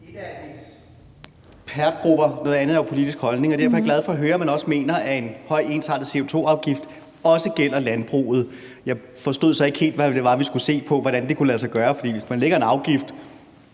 er jo ekspertgrupper, noget andet er politiske holdninger. Derfor er jeg glad for at høre, at man også mener, at en høj, ensartet CO2-afgift også gælder for landbruget. Jeg forstod så ikke helt, hvad det var, vi skulle se på, og hvordan det var, det kunne lade sig gøre. For hvis man lægger en afgift,